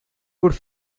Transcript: could